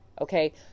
Okay